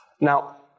Now